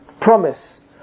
promise